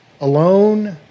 alone